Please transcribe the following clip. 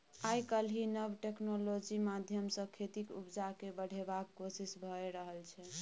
आइ काल्हि नब टेक्नोलॉजी माध्यमसँ खेतीक उपजा केँ बढ़ेबाक कोशिश भए रहल छै